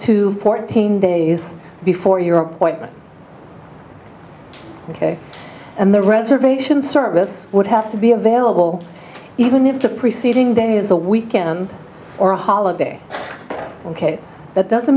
to fourteen days before your appointment ok and the reservation service would have to be available even if the preceding day is a weekend or a holiday ok that doesn't